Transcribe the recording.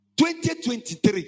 2023